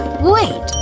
wait,